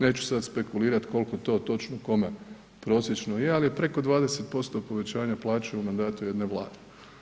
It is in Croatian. Neću sada spekulirati koliko to točno kome prosječno je, ali je preko 20% povećanja plaća u mandatu jedne vlade.